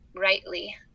rightly